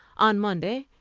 on monday,